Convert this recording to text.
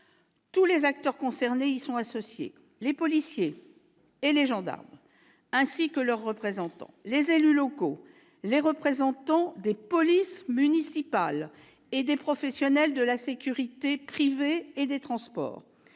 Tous les acteurs concernés y sont associés : les policiers et les gendarmes ainsi que leurs représentants, les élus locaux, les représentants des policiers municipaux et des professionnels de la sécurité privée et des transports.